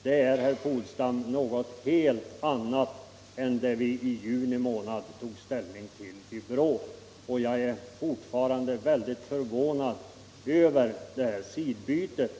Det är, herr Polstam, något helt annat än det vi i juni månad tog ställning till i BRÅ, och jag är fortfarande mycket förvånad över det här sidbytet.